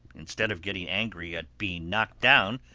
instead of getting angry at being knocked down,